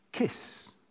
Kiss